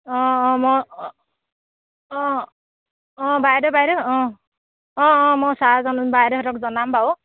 অঁ অঁ মই অঁ অঁ অঁ বাইদেউ বাইদেউ অঁ অঁ অঁ মই ছাৰজনক বাইদেউহঁতক জনাম বাৰু